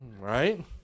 Right